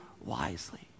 wisely